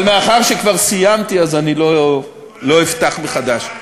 אבל מאחר שכבר סיימתי, אז אני לא אפתח מחדש.